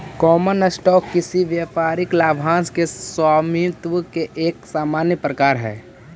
common stock किसी व्यापारिक लाभांश के स्वामित्व के एक सामान्य प्रकार हइ